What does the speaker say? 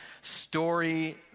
story